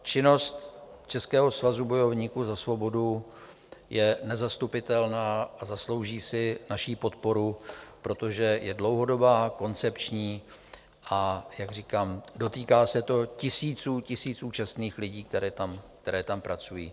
Činnost Českého svazu bojovníků za svobodu je nezastupitelná a zaslouží si naši podporu, protože je dlouhodobá, koncepční a jak říkám, dotýká se to tisíců čestných lidí, kteří tam pracují.